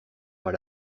pas